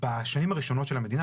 בשנים הראשונות של המדינה,